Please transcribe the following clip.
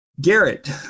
Garrett